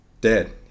dead